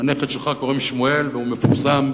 לנכד שלך קוראים שמואל, והוא מפורסם.